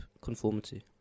conformity